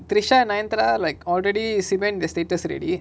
thrisha nayanthara like already cement the status already